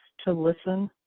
to listen,